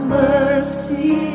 mercy